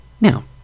Now